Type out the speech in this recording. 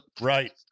Right